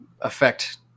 affect